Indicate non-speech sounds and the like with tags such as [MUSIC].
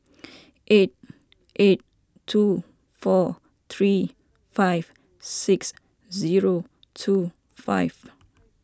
[NOISE] eight eight two four three five six zero two five